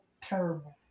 terrible